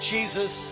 Jesus